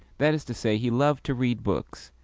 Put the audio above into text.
that is to say, he loved to read books,